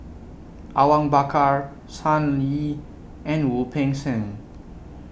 Awang Bakar Sun Yee and Wu Peng Seng